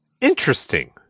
Interesting